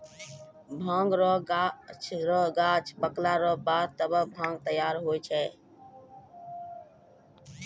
भांगक गाछ रो गांछ पकला रो बाद तबै भांग तैयार हुवै छै